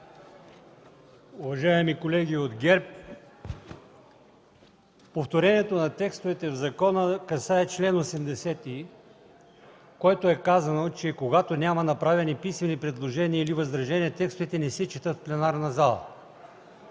Уважаеми колеги от ГЕРБ, повторението на текстовете в закона касае чл. 80, в който е казано, че когато няма направени писмени предложения или възражения, текстовете не се четат в пленарната зала.